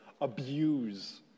Abuse